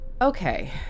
Okay